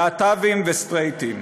להט"בים וסטרייטים.